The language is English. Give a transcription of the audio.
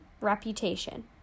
reputation